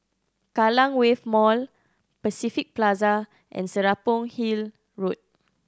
Kallang Wave Mall Pacific Plaza and Serapong Hill Road